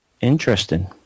Interesting